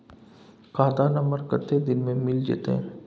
खाता नंबर कत्ते दिन मे मिल जेतै?